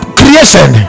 creation